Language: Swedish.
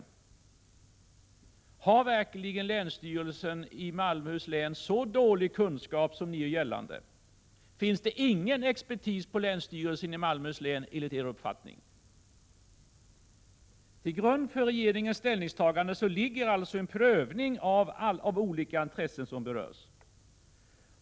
Har länsstyrelsen i Malmöhus län verkligen så dålig kunskap som ni gör gällande? Finns det ingen expertis där, enligt er uppfattning? Till grund för regeringens ställningstagande ligger alltså en prövning av olika intressen som berörs.